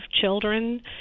children